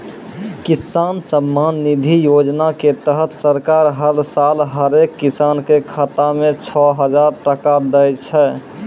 किसान सम्मान निधि योजना के तहत सरकार हर साल हरेक किसान कॅ खाता मॅ छो हजार टका दै छै